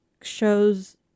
shows